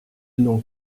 nom